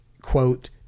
quote